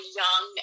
young